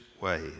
ways